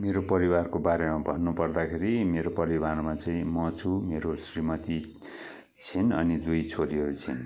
मेरो परिवारको बारेमा भन्नुपर्दाखेरि मेरो परिवारमा चाहिँ म छु मेरो श्रीमती छिन् अनि दुई छोरीहरू छिन्